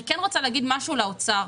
אני כן רוצה לומר משהו לאוצר.